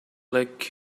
like